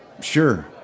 Sure